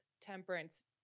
temperance